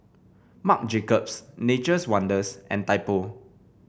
Marc Jacobs Nature's Wonders and Typo